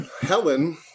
Helen